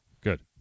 Good